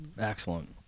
Excellent